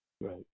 Right